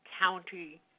county